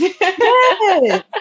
Yes